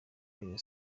rayon